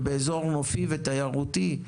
ובאזור נופי ותיירותי,